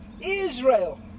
Israel